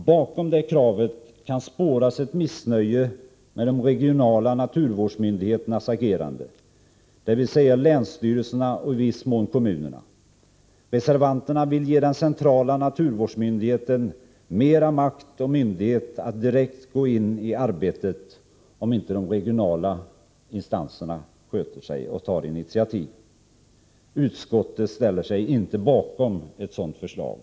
Bakom det kravet kan spåras ett missnöje med hur de regionala naturvårdsmyndigheterna har agerat, dvs. länsstyrelserna och i viss mån kommunerna. Reservanterna vill ge den centrala naturvårdsmyndigheten mera makt och myndighet att direkt gå in i arbetet om inte de regionala instanserna sköter sig och tar initiativ. Utskottet ställer sig inte bakom ett sådant förslag.